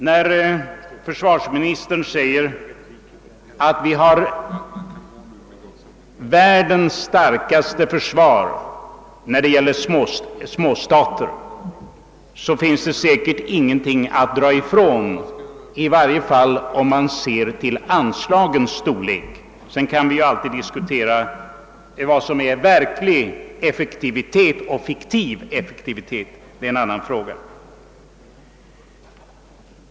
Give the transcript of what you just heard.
När försvarsministern säger att vi har världens starkaste försvar bland småstaterna, finns det säkert ingenting att dra ifrån detta uttalande, i varje fall inte om man ser till anslagens storlek — sedan kan det naturligtvis alltid diskuteras vad som är verklig effektivitet och vad som är fiktiv effektivitet, men det är en annan fråga.